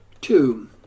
Two